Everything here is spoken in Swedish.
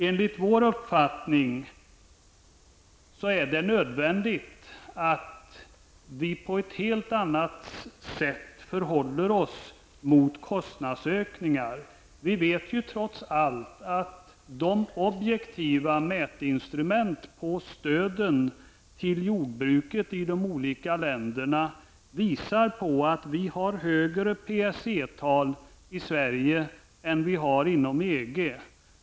Enligt vår uppfattning är det nödvändigt att vi i Sverige förhåller oss på ett helt annat sätt gentemot kostnadsökningar. Vi vet trots allt att de instrument för objektiv mätning av jordbrukstöden i de olika länderna visar att vi har högre PSE-tal i Sverige än vad man har inom EG.